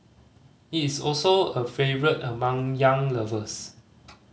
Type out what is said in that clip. it is also a favourite among young lovers